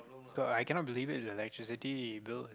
cause I cannot believe it the electricity bill is